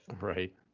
Right